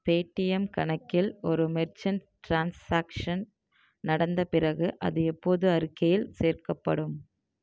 Paytm கணக்கில் ஒரு merchant transaction நடந்த பிறகு அது எப்போது அறிக்கையில் சேர்க்கப்படும்